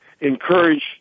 encourage